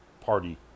party